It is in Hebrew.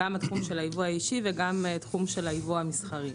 אם בתחום של הייבוא האישי ואם בתחום של הייבוא המסחרי.